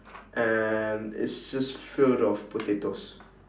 and it's just filled of potatoes